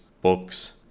books